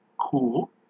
Cool